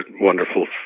wonderful